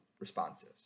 responses